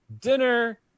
Dinner